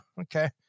okay